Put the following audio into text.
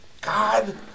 God